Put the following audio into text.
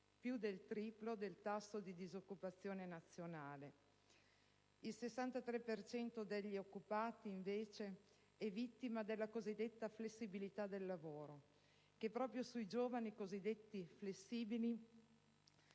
più del triplo del tasso di disoccupazione nazionale. Il 63 per cento degli occupati, invece, è vittima della cosiddetta flessibilità del lavoro, e proprio sui giovani cosiddetti flessibili